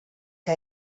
que